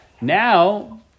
Now